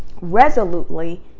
resolutely